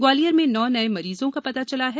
ग्वालियर में नौ नये मरीजों का पता चला है